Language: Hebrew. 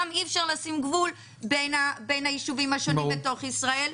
גם אי אפשר לשים גבול בין היישובים השונים בתוך ישראל.